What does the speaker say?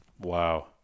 wow